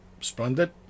splendid